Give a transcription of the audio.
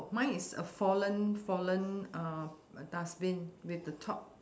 mine is a fallen fallen uh dustbin with the top